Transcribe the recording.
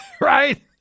Right